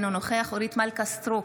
אינו נוכח אורית מלכה סטרוק,